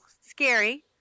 scary